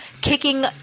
kicking